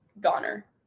goner